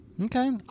Okay